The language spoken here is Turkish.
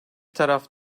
taraf